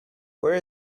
where